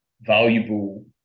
valuable